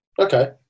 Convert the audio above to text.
Okay